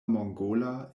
mongola